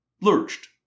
lurched